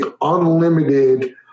unlimited